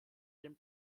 den